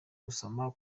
gusoma